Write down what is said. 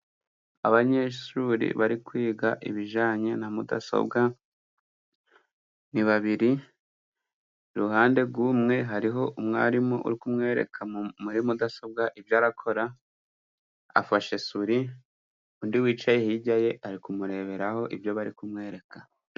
Abanyeshuri bari kwiga ibijyanye na mudasobwa, babiri iruhande rw'umwe hariho umwarimu uri kumwereka muri mudasobwa ibyo arakora, afashe suri, undi wicaye hirya ye ari kumureberaho, ibyo bari kumwereka.